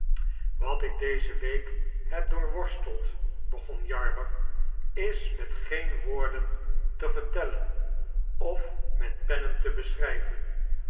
wat ik deze week heb doorworsteld begon jarber is met geen woorden te vertellen of met pennen te beschryven